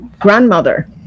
grandmother